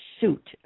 suit